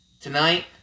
tonight